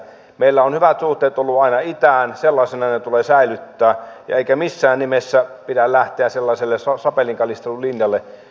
meillä on hyvät suhteet ollut aina itään sellaisina ne tulee säilyttää eikä missään nimessä pidä lähteä sellaiselle sapelinkalistelulinjalle